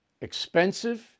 expensive